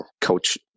Coach